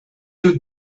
you